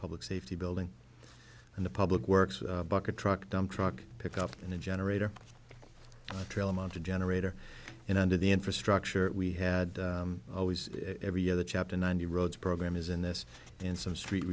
public safety building and the public works bucket truck dump truck pick up and a generator trailer mounted generator and under the infrastructure we had always every other chapter ninety roads program is in this and some street